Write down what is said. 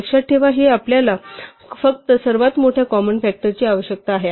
लक्षात ठेवा की आपल्याला फक्त सर्वात मोठ्या कॉमन फ़ॅक्टरची आवश्यकता आहे